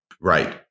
Right